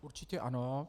Určitě ano.